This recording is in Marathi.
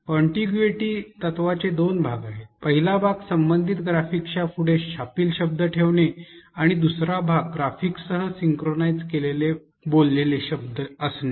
कॉन्टिग्युएटी तत्त्वाचे दोन भाग आहेत पहिला भाग संबंधित ग्राफिक्सच्या पुढे छापील शब्द ठेवणे आणि दूसरा भाग ग्राफिकसह सिंक्रोनाइझ केलेले बोललेले शब्द असणे